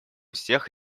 всех